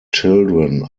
children